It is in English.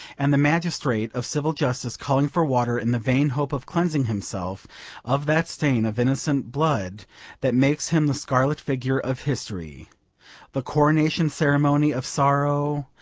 and the magistrate of civil justice calling for water in the vain hope of cleansing himself of that stain of innocent blood that makes him the scarlet figure of history the coronation ceremony of sorrow,